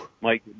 Mike